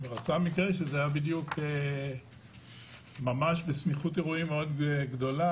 ונוצר מקרה שזה היה בדיוק בסמיכות אירועים ממש גדולה